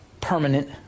permanent